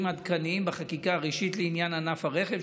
עדכניים בחקיקה ראשית לעניין ענף הרכב,